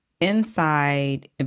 inside